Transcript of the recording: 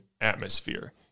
atmosphere